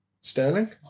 Sterling